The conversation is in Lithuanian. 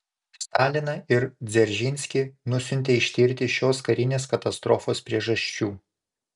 staliną ir dzeržinskį nusiuntė ištirti šios karinės katastrofos priežasčių